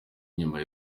inyuma